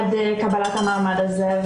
עד קבלת המעמד הזה.